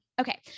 Okay